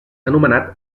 anomenat